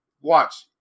Watch